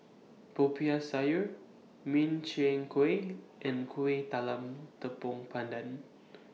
Popiah Sayur Min Chiang Kueh and Kueh Talam Tepong Pandan